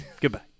Goodbye